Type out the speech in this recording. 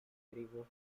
tribus